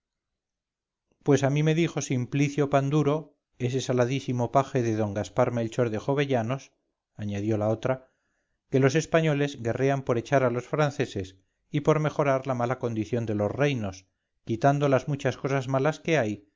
pues a mí me dijo simplicio panduro ese saladísimo paje de d gaspar melchor de jovellanos añadió la otra que los españoles guerrean por echar a los franceses y por mejorar la mala condición de los reinos quitando las muchas cosas malas que hay